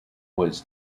was